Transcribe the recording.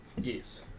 Yes